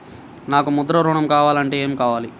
నాకు ముద్ర ఋణం కావాలంటే ఏమి కావాలి?